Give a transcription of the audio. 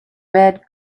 red